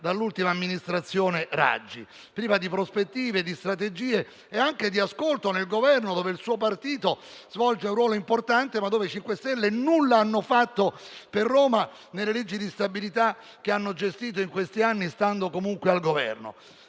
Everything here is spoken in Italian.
dall'ultima amministrazione Raggi, priva di prospettive, di strategie, e anche di ascolto nel Governo, all'interno del quale il suo partito svolge un ruolo importante, sebbene i 5 Stelle nulla abbiano fatto per Roma nelle leggi di bilancio che hanno gestito in questi anni stando comunque al Governo.